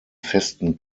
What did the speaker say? festen